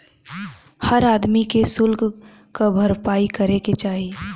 हर आदमी के सुल्क क भरपाई करे के चाही